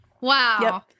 Wow